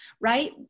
Right